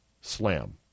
slam